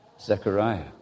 Zechariah